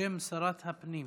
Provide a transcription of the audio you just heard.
בשם שרת הפנים.